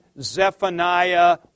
Zephaniah